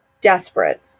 Desperate